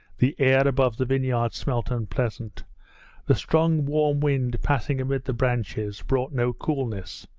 the air above the vineyard smelt unpleasant the strong warm wind passing amid the branches brought no coolness,